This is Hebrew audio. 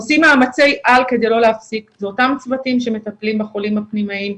עושים מאמצי על כדי לא להפסיק באותם צוותים שמטפלים בחולים הפנימאים,